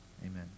Amen